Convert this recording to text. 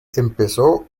empezó